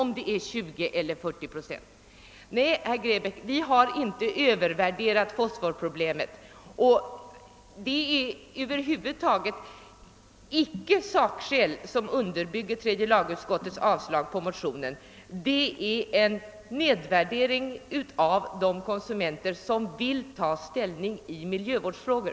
Nej, herr Grebäck, vi har inte övervärderat fosfatproblemet och det är över huvud taget icke några sakskäl som underbygger tredje lagutskottets avslagsyrkande på motionen. Det är en nedvärdering av de konsumenter som vill ta ställning i miljövårdsfrågor.